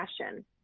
passion